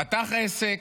הוא פתח עסק,